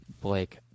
Blake